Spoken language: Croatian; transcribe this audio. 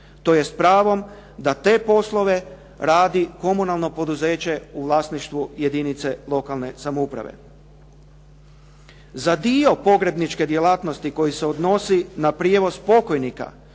to je s pravom da te poslove radi komunalno poduzeće u vlasništvu jedinice lokalne samouprave. Za dio pogrebničke djelatnosti koji se odnosi na prijevoz pokojnika